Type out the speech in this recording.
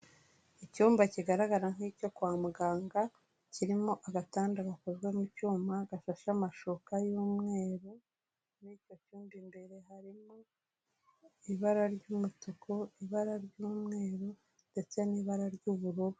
Icyumba kigaragara nk'icyo kwa muganga, kirimo agatanda gakozwe mu cyuma gafashe amashuka y'umweru, muri icyo cyumba imbere harimo ibara ry'umutuku, ibara ry'umweru ndetse n'ibara ry'ubururu.